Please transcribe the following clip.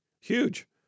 huge